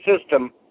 system